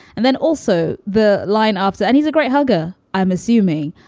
and then also the line ups. and he's a great hugger, i'm assuming.